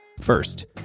First